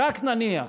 רק נניח,